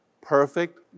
Perfect